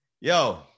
Yo